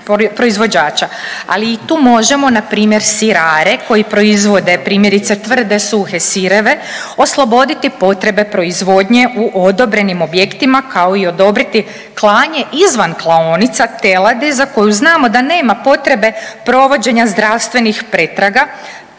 Ali i tu možemo na primjer sirare koji proizvode primjerice tvrde suhe sireve osloboditi potrebe proizvodnje u odobrenim objektima kao i odobriti klanje izvan klaonica teladi za koju znamo da nema potrebe provođenja zdravstvenih pretraga,